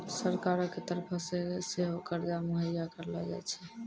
सरकारो के तरफो से सेहो कर्जा मुहैय्या करलो जाय छै